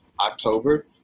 October